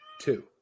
Two